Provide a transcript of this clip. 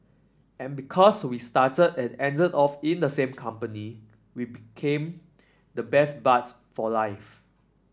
and because we started and ended off in the same company we became the best buds for life